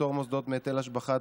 פטור מוסדות מהיטל השבחה),